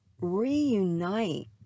reunite